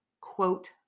quote